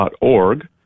org